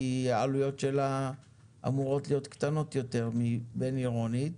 העלויות שלה אמורות להיות קטנות יותר מאשר בין-עירונית.